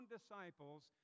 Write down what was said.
disciples